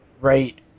right